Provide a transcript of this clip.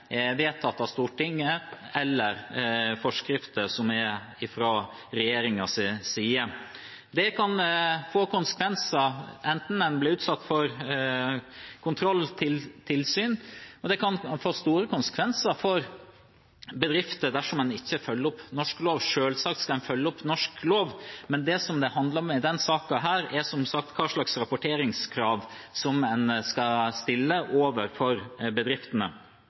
vedtatt av Stortinget, eller i henhold til forskrifter fra regjeringens side. Det kan få konsekvenser om en blir utsatt for kontrolltilsyn, og det kan få store konsekvenser for bedrifter dersom en ikke følger norsk lov. Selvsagt skal en følge norsk lov, men denne saken handler som sagt om hvilke rapporteringskrav en skal stille overfor bedriftene. Det var særdeles fornuftig da en fjernet kravet om årsberetning for